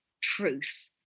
truth